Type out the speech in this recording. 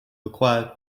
requires